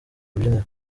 rubyiniro